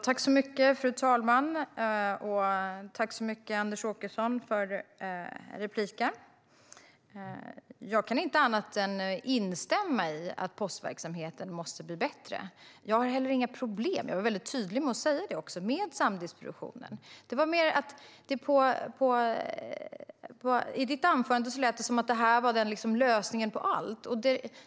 Fru talman! Tack så mycket, Anders Åkesson, för repliken! Jag kan inte annat än instämma i att postverksamheten måste bli bättre. Jag var också tydlig med att jag heller inte har några problem med samdistributionen. Men i ditt anförande lät det som att den är lösningen på allt.